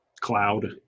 cloud